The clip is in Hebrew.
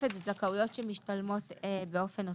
התוספת זה זכאויות שמשתלמות באופן אוטומטי.